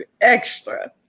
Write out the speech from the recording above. extra